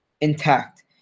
intact